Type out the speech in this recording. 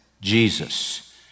Jesus